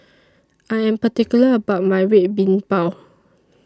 I Am particular about My Red Bean Bao